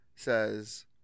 says